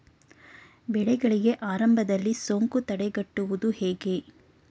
ಬೆಳೆಗಳಿಗೆ ಆರಂಭದಲ್ಲಿ ಸೋಂಕು ತಡೆಗಟ್ಟುವುದು ಹೇಗೆ?